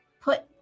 put